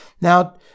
Now